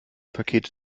pakete